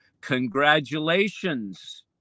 Congratulations